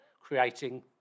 creating